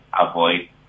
avoid